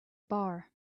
bar